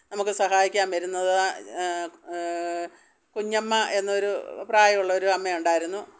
നമ്മൾക്ക് സഹായിക്കാന് വരുന്നത് കുഞ്ഞമ്മ എന്നൊരു പ്രായമുള്ള ഒരു അമ്മയുണ്ടായിരുന്നു